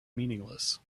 meaningless